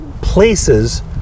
places